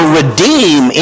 redeem